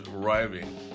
arriving